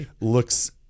looks